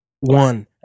one